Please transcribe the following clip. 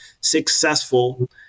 successful